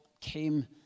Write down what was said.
came